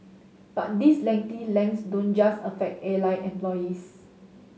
but these lengthy legs don't just affect airline employees